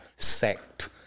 sect